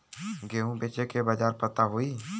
गेहूँ बेचे के बाजार पता होई?